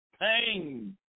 pain